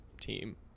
team